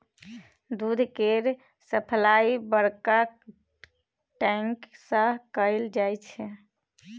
दूध केर सप्लाई बड़का टैंक सँ कएल जाई छै